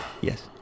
yes